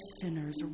sinners